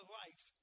life